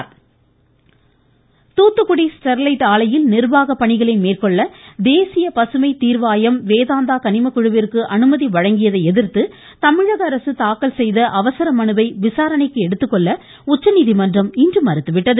உச்சநீதிமன்றம் தூத்துக்குடி ஸ்டெர்லைட் ஆலையில் நிர்வாக பணிகளை மேற்கொள்ள தேசிய பசுமை தீர்வாயம் வேதாந்தா கனிம குழுமத்திற்கு அனுமதி வழங்கியதை எதிர்த்து தமிழக அரசு தாக்கல் செய்த அவசர மனுவை விசாரணைக்கு எடுத்துக்கொள்ள உச்சநீதிமன்றம் இன்று மறுத்துவிட்டது